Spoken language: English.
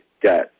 got